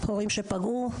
הורים שפגעו,